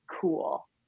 cool